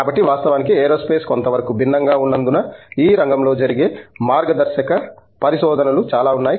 కాబట్టి వాస్తవానికి ఏరోస్పేస్ కొంతవరకు భిన్నం గా ఉన్నందున ఈ రంగంలో జరిగే మార్గదర్శక పరిశోధనలు చాలా ఉన్నాయి